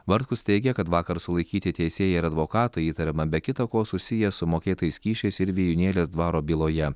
bartkus teigia kad vakar sulaikyti teisėjai ir advokatai įtariama be kita ko susiję su mokėtais kyšiais ir vijūnėlės dvaro byloje